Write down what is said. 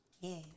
Yes